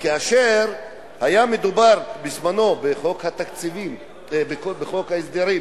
כאשר היה מדובר בזמנו, בחוק ההסדרים